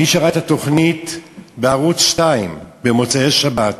מי שראה את התוכנית בערוץ 2 במוצאי שבת,